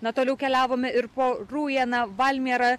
na toliau keliavome ir po rūjieną valmierą